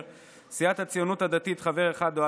סיעת יהדות התורה, חבר אחד: יעקב אשר,